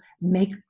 make